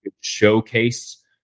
showcase